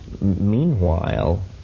Meanwhile